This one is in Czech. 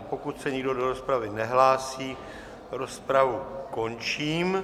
Pokud se nikdo do rozpravy nehlásí, rozpravu končím.